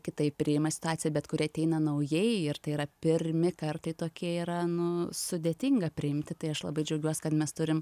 kitaip priima situaciją bet kurie ateina naujai ir tai yra pirmi kartai tokie yra nu sudėtinga priimti tai aš labai džiaugiuos kad mes turim